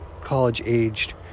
college-aged